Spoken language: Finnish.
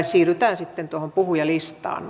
siirrytään sitten puhujalistaan